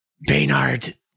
Baynard